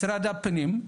משרד הפנים,